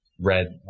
red